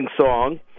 song